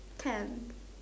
can